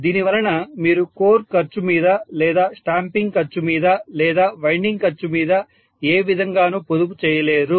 దీని వలన మీరు కోర్ ఖర్చు మీద లేదా స్టాంపింగ్ ఖర్చు మీద లేదా వైండింగ్ ఖర్చు మీద ఏ విధంగానూ పొదుపు చేయలేరు